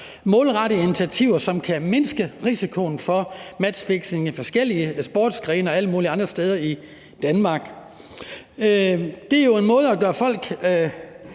målrettede initiativer, som kan mindske risikoen for matchfixing i forskellige sportsgrene og alle mulige andre steder i Danmark. Det er jo en måde at gøre folk